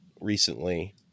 recently